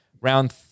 Round